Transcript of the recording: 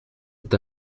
est